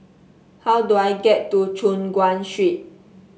how do I get to Choon Guan Street